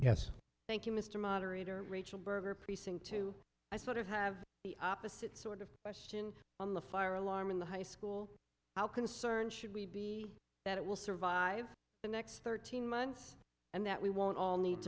yes thank you mr moderator rachel berger precinct two i sort of have the opposite sort of question on the fire alarm in the high school how concerned should we be that it will survive the next thirteen months and that we won't all need